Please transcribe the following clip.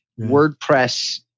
WordPress